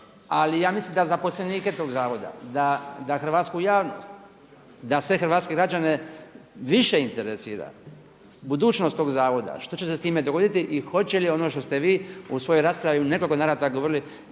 ali ja mislim na zaposlenike tog zavoda, da hrvatsku javnost, da sve hrvatske građene više interesira budućnost tog zavoda što će se s time dogoditi i hoće li ono što ste vi u svojoj raspravi u nekoliko navrata govorili,